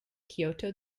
kyoto